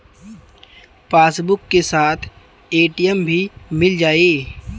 Passbook के साथ ATM भी मील जाई?